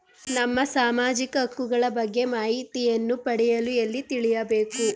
ನಮ್ಮ ಸಾಮಾಜಿಕ ಹಕ್ಕುಗಳ ಬಗ್ಗೆ ಮಾಹಿತಿಯನ್ನು ಪಡೆಯಲು ಎಲ್ಲಿ ತಿಳಿಯಬೇಕು?